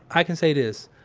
i can say this.